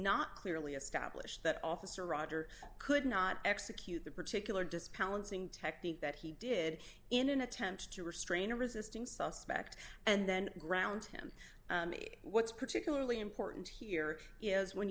that officer roger could not execute the particular discounting technique that he did in an attempt to restrain a resisting suspect and then ground him what's particularly important here is when